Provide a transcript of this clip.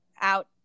out